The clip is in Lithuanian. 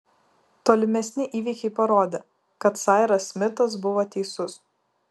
tolimesni įvykiai parodė kad sairas smitas buvo teisus